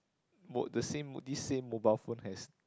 mo~ the same this same mobile phone has